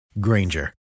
Granger